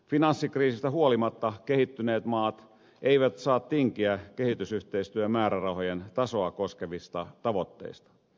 finanssikriisistä huolimatta kehittyneet maat eivät saa tinkiä kehitysyhteistyömäärärahojen tasoa koskevista tavoitteista